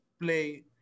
play